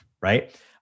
right